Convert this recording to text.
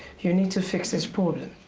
you need to fix this problem.